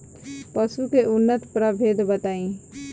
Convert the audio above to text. पशु के उन्नत प्रभेद बताई?